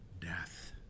death